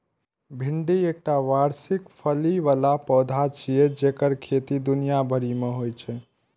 भिंडी एकटा वार्षिक फली बला पौधा छियै जेकर खेती दुनिया भरि मे होइ छै